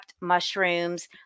mushrooms